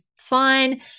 fine